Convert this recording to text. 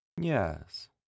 Yes